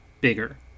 bigger